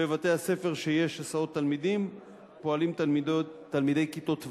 בבתי-ספר שיש הסעות תלמידים פועלים תלמידי כיתות ו',